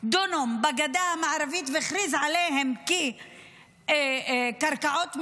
דונם בגדה המערבית, והכריז עליהם כקרקעות מדינה,